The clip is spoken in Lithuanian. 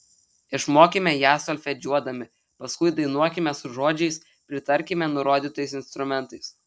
išmokime ją solfedžiuodami paskui dainuokime su žodžiais pritarkime nurodytais instrumentais